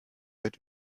wird